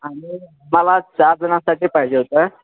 आम्ही आम्हाला चारजणांसाठी पाहिजे होतं